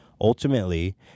Ultimately